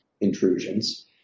intrusions